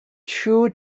two